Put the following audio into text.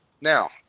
Now